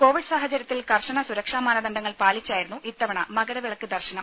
Covid സാഹചര്യത്തിൽ കർശന സുരക്ഷാ മാനദണ്ഡങ്ങൾ പാലിച്ചായിരുന്നു ഇത്തവണ മകരവിളക്ക് ദർശനം